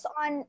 on